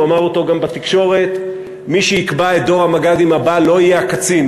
הוא אמר אותו גם בתקשורת: מי שיקבע את דור המג"דים הבא לא יהיה הקצין,